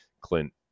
clint